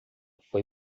foi